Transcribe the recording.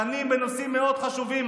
דנים בנושאים מאוד חשובים,